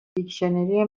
دیکشنری